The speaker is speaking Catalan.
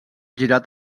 girat